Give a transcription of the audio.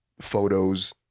photos